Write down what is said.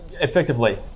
effectively